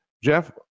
Jeff